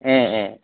ও ও